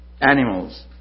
animals